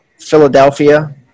Philadelphia